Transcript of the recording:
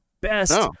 best